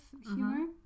humor